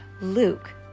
Luke